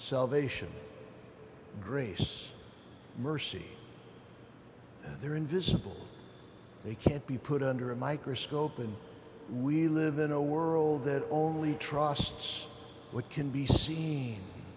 salvation grace mercy they're invisible they can't be put under a microscope and we live in a world that only trusts what can be see